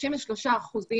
צריך לעשות את זה,